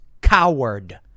coward